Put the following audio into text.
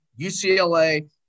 UCLA